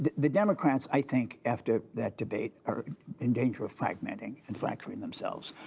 the democrats, i think, after that debate, are in danger of fragmenting and fracturing themselves.